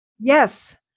Yes